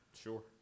Sure